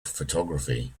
photography